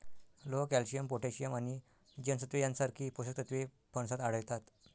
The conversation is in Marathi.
लोह, कॅल्शियम, पोटॅशियम आणि जीवनसत्त्वे यांसारखी पोषक तत्वे फणसात आढळतात